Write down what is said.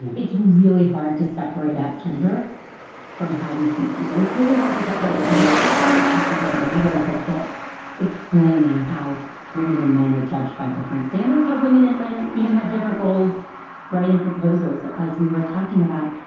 it's really hard to separate out gender from how we see people. it's really hard to separate race from how we see people. i mean i wrote a whole book explaining how women and men are judged by different standards, how women and men even have different roles writing proposals, as we were talking about.